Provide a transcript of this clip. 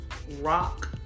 rock